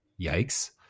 yikes